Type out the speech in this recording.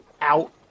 out